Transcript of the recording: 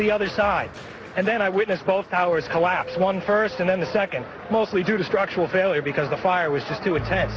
the other side and then i witnessed both towers collapse one first and then the second mostly due to structural failure because the fire was just too attached